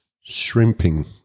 Shrimping